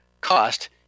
cost